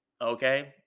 Okay